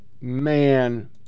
man